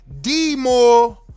D-more